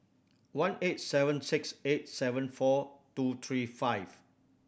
one eight seven six eight seven four two three five